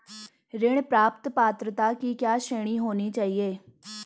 ऋण प्राप्त पात्रता की क्या श्रेणी होनी चाहिए?